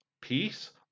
peace